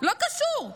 לא קשור.